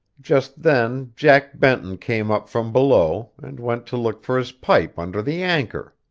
just then jack benton came up from below, and went to look for his pipe under the anchor.